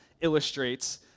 illustrates